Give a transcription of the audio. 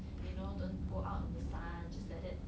you know don't go out in the sun just like that